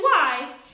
wise